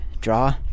draw